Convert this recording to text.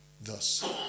thus